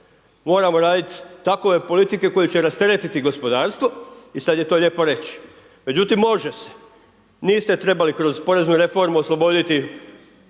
Moramo raditi takve politike koje će rasteretiti gospodarstvo i sad je to lijepo reći međutim može se, niste trebali kroz poreznu reformu osloboditi poreza